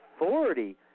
authority